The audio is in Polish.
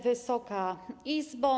Wysoka Izbo!